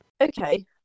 Okay